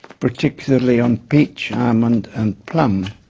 particularly on peach, almond and plum.